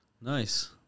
Nice